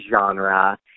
genre